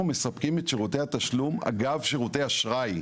אנחנו מספקים את שירותי התשלום אגב שירותי אשראי.